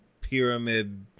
pyramid